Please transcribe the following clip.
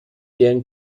deren